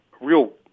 real